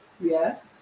Yes